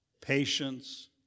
patience